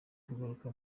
kugaruka